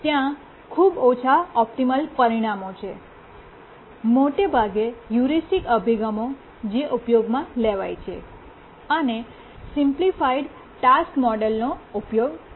ત્યાં ખૂબ ઓછા ઑપ્ટિમલ પરિણામો છે મોટે ભાગે હ્યૂરિસ્ટિક અભિગમો જે ઉપયોગમાં લેવાય છે અને સિમ્પલીફાઇડ ટાસ્ક મોડેલોનો ઉપયોગ થાય છે